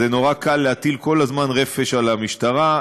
נורא קל להטיל כל הזמן רפש על המשטרה.